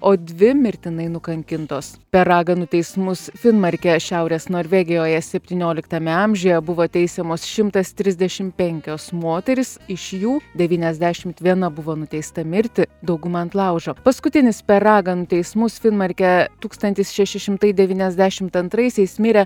o dvi mirtinai nukankintos per raganų teismus finmarke šiaurės norvegijoje septynioliktame amžiuje buvo teisiamos šimtas trisdešim penkios moterys iš jų devyniasdešimt viena buvo nuteista mirti dauguma ant laužo paskutinis per raganų teismus finmarke tūkstantis šeši šimtai devyniasdešimt antraisiais mirė